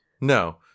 No